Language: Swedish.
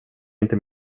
inte